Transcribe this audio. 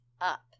up